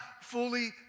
fully